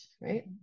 right